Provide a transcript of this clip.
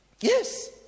yes